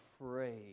afraid